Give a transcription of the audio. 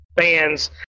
fans